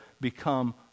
become